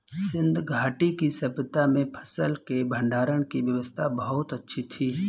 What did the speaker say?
सिंधु घाटी की सभय्ता में फसल के भंडारण की व्यवस्था बहुत अच्छी थी